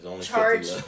charge